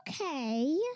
okay